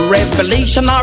Revelation